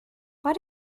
what